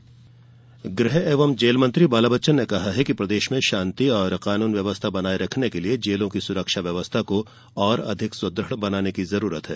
jail सुरक्षा गृह एवं जेल मंत्री बाला बच्चन ने कहा है कि प्रदेश में शांति एवं कानून व्यवस्था बनाये रखने के लिर्य जेलों की सुरक्षा व्यवस्था को और अधिक सुदृढ़ करने की जरूरत है